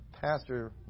Pastor